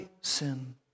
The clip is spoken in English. sin